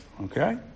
okay